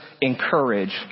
encourage